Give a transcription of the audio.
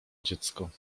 dziecko